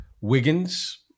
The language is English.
Wiggins